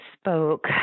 spoke